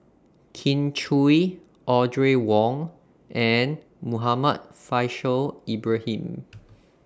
Kin Chui Audrey Wong and Muhammad Faishal Ibrahim